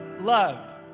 loved